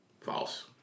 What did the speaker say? False